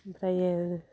ओमफ्रायो